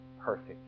perfect